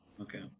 okay